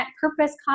purpose